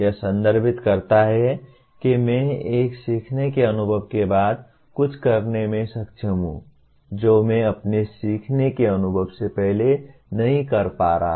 यह संदर्भित करता है कि मैं एक सीखने के अनुभव के बाद कुछ करने में सक्षम हूं जो मैं अपने सीखने के अनुभव से पहले नहीं कर पा रहा था